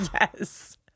Yes